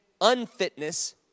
unfitness